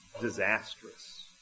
disastrous